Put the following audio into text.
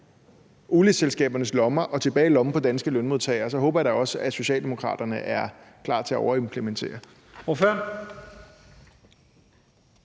olieselskabernes lommer og tilbage i lommen på danske lønmodtagere, så håber jeg da også, at Socialdemokraterne er klar til at overimplementere.